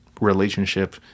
relationship